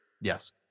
Yes